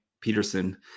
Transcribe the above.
Peterson